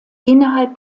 innerhalb